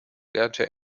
lernte